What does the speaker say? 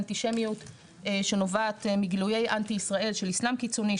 אנטישמיות שנובעת מגילויי אנטי ישראל של איסלאם קיצוני,